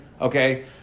Okay